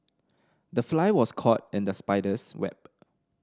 the fly was caught in the spider's web